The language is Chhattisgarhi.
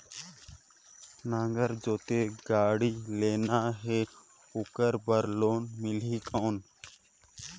नागर जोते गाड़ी लेना हे ओकर बार लोन मिलही कौन?